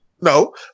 No